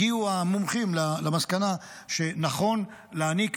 הגיעו המומחים למסקנה שנכון להעניק,